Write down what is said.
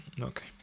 Okay